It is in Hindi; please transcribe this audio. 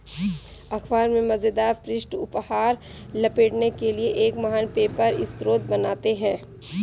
अख़बार में मज़ेदार पृष्ठ उपहार लपेटने के लिए एक महान पेपर स्रोत बनाते हैं